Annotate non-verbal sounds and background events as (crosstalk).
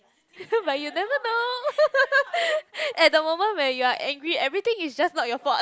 but you never know (laughs) at the moment when you're angry everything is just not your fault